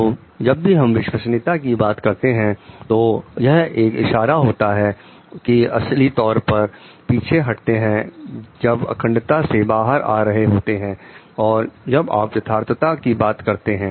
तो जब भी हम विश्वसनीयता की बात करते हैं तो यह एक इशारा होता है कि असली तौर पर पीछे हटते हैं जब अखंडता से बाहर आ रहे होते है और जब हम यथार्थता की बात करते हैं